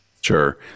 Sure